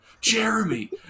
Jeremy